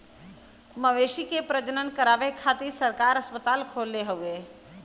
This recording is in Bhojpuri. मवेशी के प्रजनन करावे खातिर सरकार अस्पताल खोलले हउवे